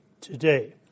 today